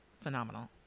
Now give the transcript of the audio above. phenomenal